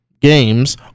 games